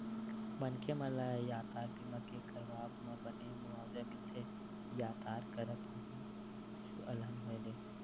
मनखे मन ल यातर बीमा के करवाब म बने मुवाजा मिलथे यातर करत कुछु अलहन होय ले